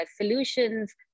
solutions